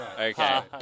Okay